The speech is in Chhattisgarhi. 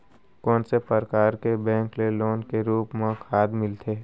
कोन से परकार के बैंक ले लोन के रूप मा खाद मिलथे?